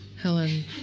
Helen